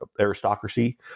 aristocracy